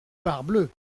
parbleu